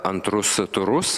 antrus turus